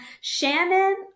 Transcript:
Shannon